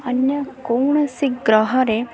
ଅନ୍ୟ କୌଣସି ଗ୍ରହରେ